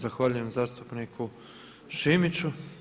Zahvaljujem zastupniku Šimiću.